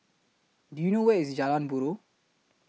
Do YOU know Where IS Jalan Buroh